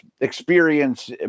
experience